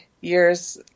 years